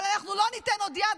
אבל אנחנו לא ניתן עוד יד,